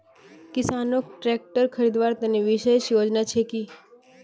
किसानोक ट्रेक्टर खरीदवार तने विशेष योजना छे कि?